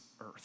earth